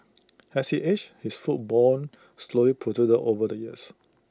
as he aged his foot bone slowly protruded over the years